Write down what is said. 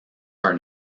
are